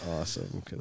awesome